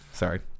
Sorry